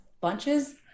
Bunches